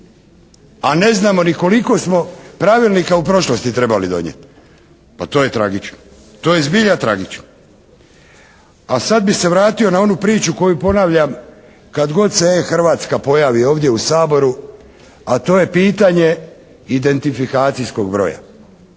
A ne znamo ni koliko smo pravilnika u prošlosti trebali donijeti. Pa to je tragično, to je zbilja tragično. A sad bi se vratio na onu priču koju ponavljam kad god se e-Hrvatska pojavi ovdje u Saboru, a to je pitanje identifikacijskog broja